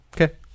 okay